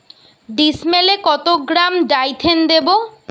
ডিস্মেলে কত gram Dithane দেবো?